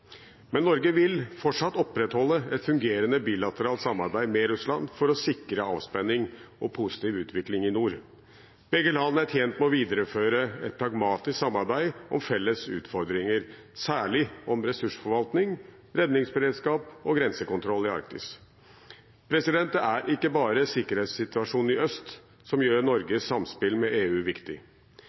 Men Norge vil fortsatt opprettholde et fungerende bilateralt samarbeid med Russland for å sikre avspenning og positiv utvikling i nord. Begge land er tjent med å videreføre et pragmatisk samarbeid om felles utfordringer, særlig om ressursforvaltning, redningsberedskap og grensekontroll i Arktis. Det er ikke bare sikkerhetssituasjonen i øst som gjør Norges samspill med EU viktig.